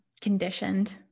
conditioned